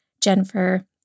Jennifer